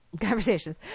conversations